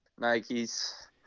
Nike's